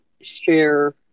share